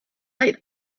ein